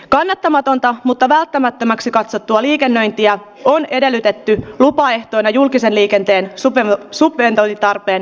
kannattamatonta mutta välttämättömäksi katsottua liikennöintiä oli edellytetty lupaehtoja julkisen liikenteen sob suhteen tai tarpeen